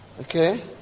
Okay